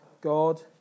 God